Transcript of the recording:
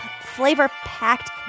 flavor-packed